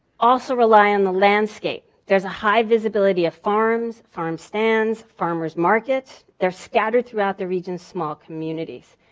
also rely on the landscape. there's a high visibility of farms, farm stands, farmers' markets. they're scattered throughout the region's small communities.